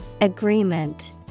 Agreement